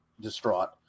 distraught